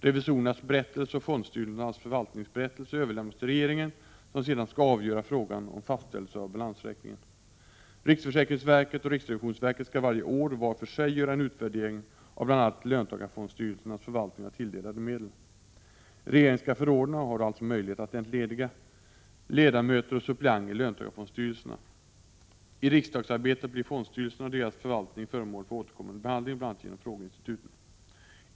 Revisorernas berättelse och fondstyrelsernas förvaltningsberättelse överlämnas till regeringen som sedan skall avgöra frågan om fastställelse av balansräkning en. Riksförsäkringsverket och riksrevisionsverket skall varje år var för sig göra en utvärdering av bl.a. löntagarfondsstyrelsernas förvaltning av tilldelade medel. Regeringen skall förordna — och har också möjlighet att entlediga— ledamöter och suppleanter i löntagarfondsstyrelserna. I riksdagsarbetet blir fondstyrelserna och deras förvaltning föremål för återkommande behandling, bl.a. genom frågeinstituten.